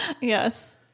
Yes